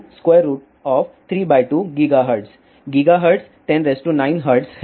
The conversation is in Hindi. गिगाहर्ट्ज़ 109 हर्ट्ज है